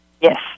Yes